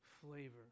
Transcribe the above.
flavor